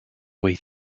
way